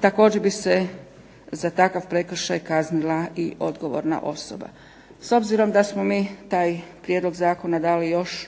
Također bi se za takav prekršaj kaznila i odgovorna osoba. S obzirom da smo mi taj prijedlog zakona dali još